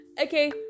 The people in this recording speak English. Okay